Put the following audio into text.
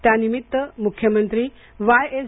त्यानिमित्त मुख्यमंत्री Y S